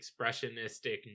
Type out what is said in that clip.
expressionistic